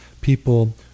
people